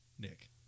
Nick